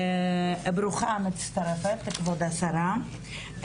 ברוכה המצטרפת, כבוד השרה.